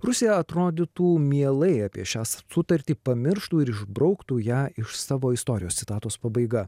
rusija atrodytų mielai apie šią sutartį pamirštų ir išbrauktų ją iš savo istorijos citatos pabaiga